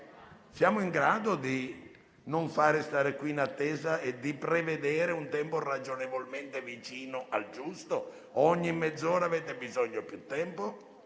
siamo in grado di non far stare qui tutti in attesa e di prevedere un tempo ragionevolmente vicino al giusto, o se ogni mezz'ora avete bisogno di più tempo.